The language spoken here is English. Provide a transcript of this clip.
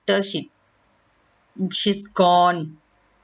after she she's gone